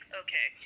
okay